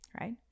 right